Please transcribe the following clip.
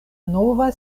nova